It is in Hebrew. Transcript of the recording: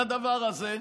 לדבר הזה?